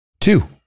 Two